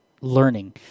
learning